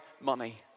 money